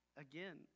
again